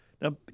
Now